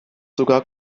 sogar